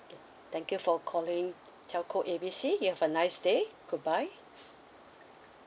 K thank you for calling telco A B C you have a nice day goodbye